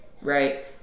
right